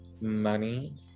money